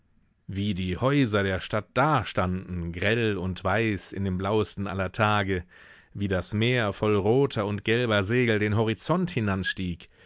wie die häuser der stadt dastanden grell und weiß in dem blauesten aller tage wie das meer voll roter und gelber segel den horizont hinanstieg